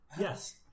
Yes